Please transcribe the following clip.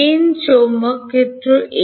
N চৌম্বক ক্ষেত্র এ